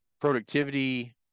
productivity